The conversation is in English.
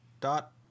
dot